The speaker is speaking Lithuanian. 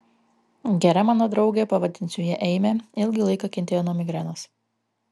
gera mano draugė pavadinsiu ją eime ilgą laiką kentėjo nuo migrenos